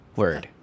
word